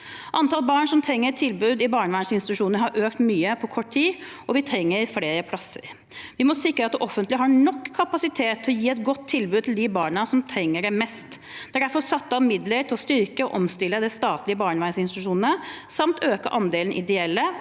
Antallet barn som trenger et tilbud i en barnevernsinstitusjon, har økt mye på kort tid, og vi trenger flere plasser. Vi må sikre at det offentlige har nok kapasitet til å gi et godt tilbud til de barna som trenger det mest. Det er derfor satt av midler til å styrke og omstille de statlige barnevernsinstitusjonene samt øke andelen ideelle,